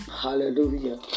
Hallelujah